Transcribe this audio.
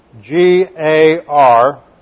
G-A-R